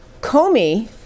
Comey